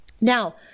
Now